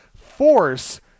force